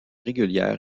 régulières